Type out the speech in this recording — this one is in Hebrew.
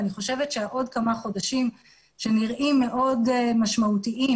אני חושבת שעוד כמה חודשים שנראים מאוד משמעותיים